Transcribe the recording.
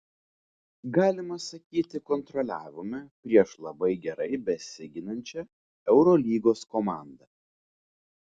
galima sakyti kontroliavome prieš labai gerai besiginančią eurolygos komandą